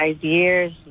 years